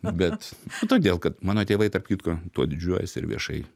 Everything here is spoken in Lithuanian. bet todėl kad mano tėvai tarp kitko tuo didžiuojasi ir viešai